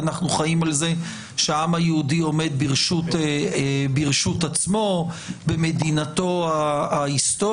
אנחנו חיים על כך שהעם היהודי עומד ברשות עצמו במדינתו ההיסטורית.